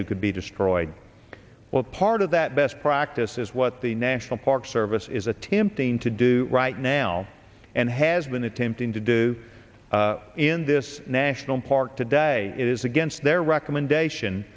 who could be destroyed well part of that best practice is what the national park service is attempting to do right now and has been attempting to do in this national park today it is against their recommendation